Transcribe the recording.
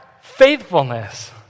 faithfulness